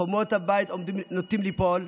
חומות הבית נוטים ליפול,